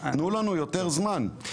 תנו לנו יותר זמן.